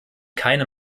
keine